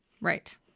Right